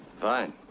fine